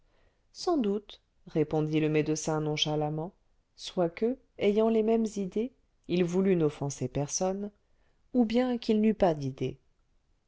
sans doute répondit le médecin nonchalamment soit que ayant les mêmes idées il voulût n'offenser personne ou bien qu'il n'eût pas d'idées